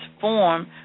form